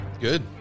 Good